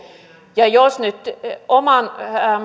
jos nyt oman